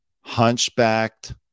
hunchbacked